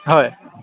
হয়